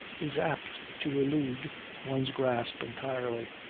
is apt to elude one's grasp entirely.